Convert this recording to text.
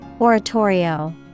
oratorio